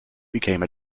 became